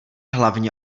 hlavně